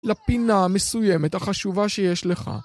לפינה מסוימת החשובה שיש לך